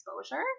exposure